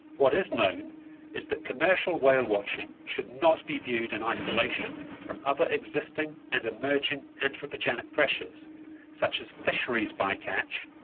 what is known is that commercial whale watching should not be viewed in isolation from other existing and emerging anthropogenic pressures such as fisheries by-catch,